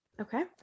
Okay